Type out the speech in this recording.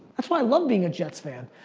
that's why i love being a jets fan.